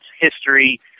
history